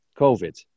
COVID